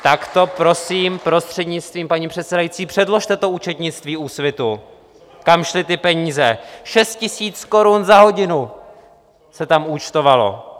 Tak to prosím, prostřednictvím paní předsedající, předložte, to účetnictví Úsvitu, kam šly ty peníze, 6 000 korun za hodinu se tam účtovalo.